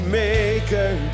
maker